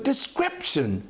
description